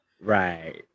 Right